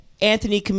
Anthony